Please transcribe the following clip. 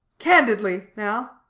candidly, now?